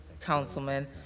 councilman